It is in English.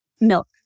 milk